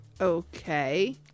Okay